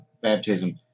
Baptism